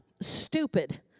stupid